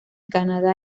canadá